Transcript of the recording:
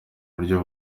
buryo